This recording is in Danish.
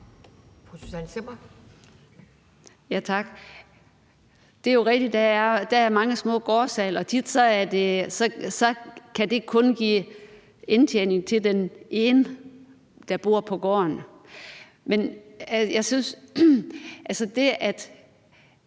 Det er jo rigtigt, at der er mange små gårdsalg, og tit kan det kun give indtjening til den ene, der bor på gården.